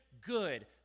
good